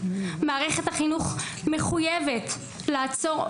מערכת החינוך מחויבת לעצור,